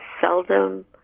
seldom